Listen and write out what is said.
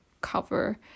cover